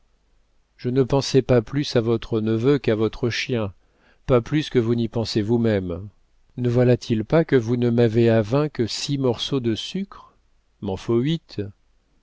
je ne pensais pas plus à votre neveu qu'à votre chien pas plus que vous n'y pensez vous-même ne voilà-t-il pas que vous ne m'avez aveint que six morceaux de sucre m'en faut huit